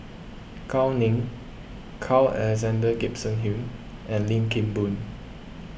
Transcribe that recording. Gao Ning Carl Alexander Gibson Hill and Lim Kim Boon